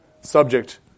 Subject